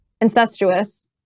incestuous